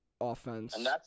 offense